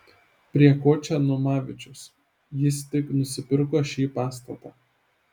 prie ko čia numavičius jis tik nusipirko šį pastatą